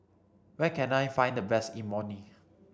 where can I find the best Imoni